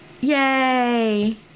Yay